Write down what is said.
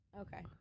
Okay